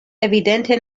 evidente